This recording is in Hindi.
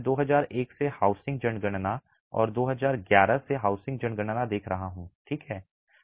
मैं 2001 से हाउसिंग जनगणना और 2011 से हाउसिंग जनगणना देख रहा हूं ठीक है